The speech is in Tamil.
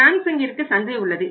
சாம்சங்கிற்கு சந்தை உள்ளது